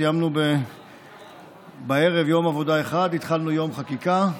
סיימנו בערב יום עבודה אחד, התחלנו יום חקיקה,